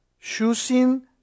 choosing